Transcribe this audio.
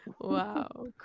wow